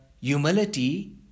humility